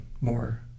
more